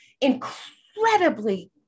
incredibly